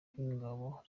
ingabo